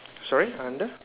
sorry under